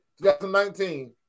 2019